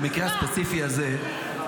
במקרה הספציפי הזה,